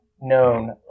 known